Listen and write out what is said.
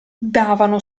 davano